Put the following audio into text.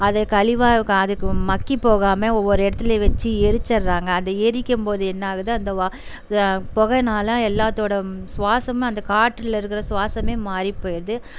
அது கழிவா இருக்கும் அதுக்கு மட்கிப் போகாமல் ஒவ்வொரு இடத்திலயும் வச்சு எரிச்சுர்ட்றாங்க அதை எரிக்கும்போது என்னாகுது அந்த வா இதை புகைனால் எல்லாேத்தோட சுவாசம் அந்தக் காற்றில் இருக்கிற சுவாசமே மாறிப்போயிடுது